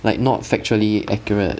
like not factually accurate